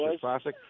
Classic